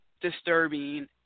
disturbing